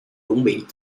cũng